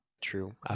True